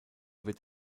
wird